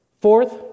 Fourth